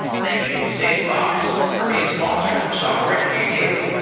thank you to sanebox for being a sponsor of software engineering daily